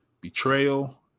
betrayal